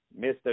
mr